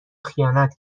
خیانت